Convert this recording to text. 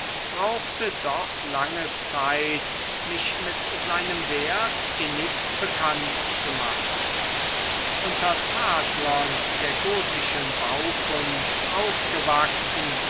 brauchte doch lange zeit mich mit seinem wert innig bekannt zu machen unter tadlern der gotischen baukunst aufgewachsen